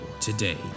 today